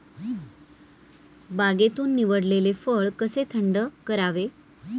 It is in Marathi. बागेतून निवडलेले फळ कसे थंड करावे?